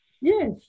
Yes